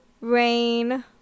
Rain